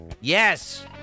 Yes